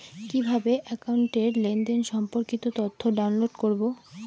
কিভাবে একাউন্টের লেনদেন সম্পর্কিত তথ্য ডাউনলোড করবো?